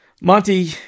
monty